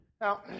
Now